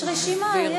יש רשימה.